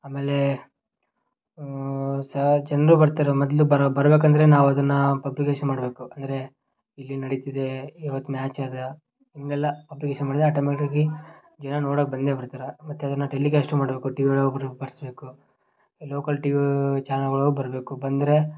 ಆಮೇಲೆ ಸಹ ಜನರು ಬರ್ತಾರೆ ಮೊದಲು ಬರಬೇಕಂದ್ರೆ ನಾವು ಅದನ್ನು ಪಬ್ಲಿಕೇಷನ್ ಮಾಡಬೇಕು ಅಂದರೆ ಇಲ್ಲಿ ನಡೀತ್ತಿದೆ ಇವತ್ತು ಮ್ಯಾಚದೆ ಹೀಗೆಲ್ಲ ಪಬ್ಲಿಕೇಷನ್ ಮಾಡಿದರೆ ಆಟೋಮೆಟಿಕ್ಲಿ ಜನ ನೋಡೋಕೆ ಬಂದೇ ಬರ್ತೀರಾ ಮತ್ತು ಅದನ್ನು ಟೆಲಿಕಾಸ್ಟ್ ಮಾಡಬೇಕು ಟಿವಿ ಒಳಗೆ ಬರಿಸಬೇಕು ಲೋಕಲ್ ಟಿವಿ ಚಾನೆಲ್ಲುಗಳು ಬರಬೇಕು ಬಂದರೆ